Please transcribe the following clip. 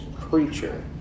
creature